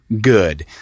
good